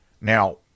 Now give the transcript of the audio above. Now